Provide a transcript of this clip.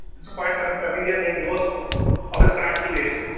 it's a quire familiar name because of his cranky ways.